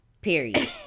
Period